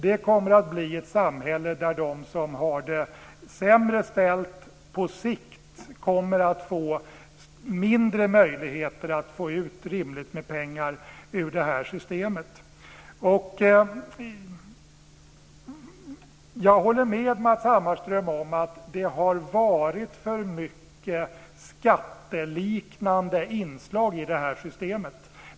Det kommer att bli ett samhälle där de som har det sämre ställt på sikt kommer att få mindre möjligheter att få ut rimligt med pengar i systemet. Jag håller med Matz Hammarström om att det har varit för mycket skatteliknande inslag i systemet.